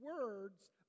words